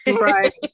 right